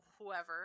whoever